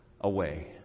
away